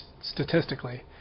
statistically